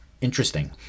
interesting